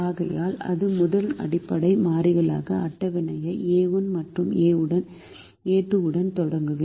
ஆகையால் எனது முதல் அடிப்படை மாறிகளாக அட்டவணையை a1 மற்றும் a2 உடன் தொடங்குவேன்